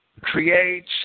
creates